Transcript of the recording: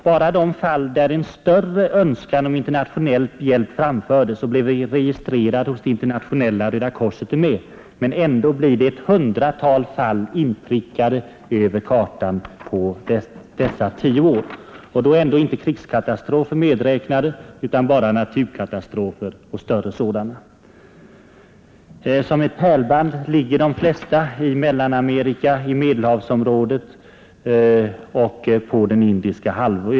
Bara de fall är med där en större önskan om internationell hjälp framfördes och blev registrerad hos det Internationella röda korset, men ändå blir det ett hundratal fall inprickade över kartan på dessa tio år. Då är inte krigskatastrofer medräknade utan endast större naturkatastrofer. Som ett pärlband ligger de flesta markeringarna i Mellanamerika, i Medelhavsområdet och på indiska halvön.